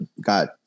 got